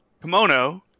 kimono